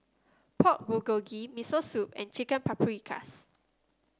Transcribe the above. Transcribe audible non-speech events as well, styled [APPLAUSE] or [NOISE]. [NOISE] Pork Bulgogi Miso Soup and Chicken Paprikas